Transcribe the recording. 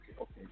Okay